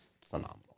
phenomenal